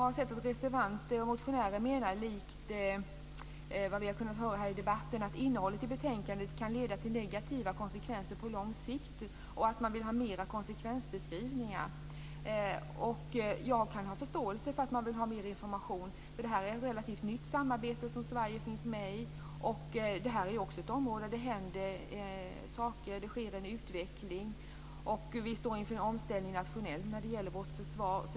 Reservanter och motionärer menar, som vi har kunnat höra här i debatten, att innehållet i betänkandet kan leda till negativa konsekvenser på lång sikt och att man vill ha mer konsekvensbeskrivningar. Jag kan ha förståelse för att man vill ha mer information. Detta är ett relativt nytt samarbete som Sverige deltar i. Det är ett område där det händer saker och sker en utveckling. Vi står också nationellt inför en omställning av vårt försvar.